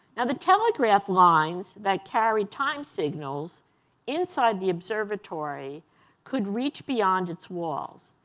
now the telegraph lines that carried timed signals inside the observatory could reach beyond its walls.